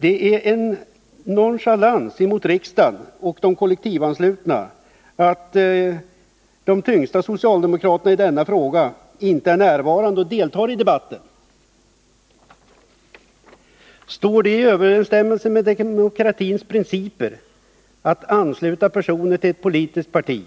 Det är en nonchalans mot riksdagen och de kollektivanslutna att de socialdemokrater som väger tyngst i denna fråga inte är närvarande och deltar i debatten. Står det i överensstämmelse med demokratins principer att ansluta personer till ett politiskt parti